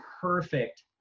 perfect